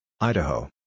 Idaho